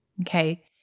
okay